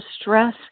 stress